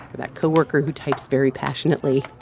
that co-worker who types very passionately